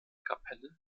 kapelle